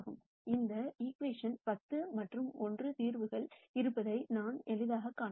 எனவே இந்த ஈகிவேஷன் 10 மற்றும் 1 தீர்வுகள் இருப்பதை நான் எளிதாகக் காணலாம்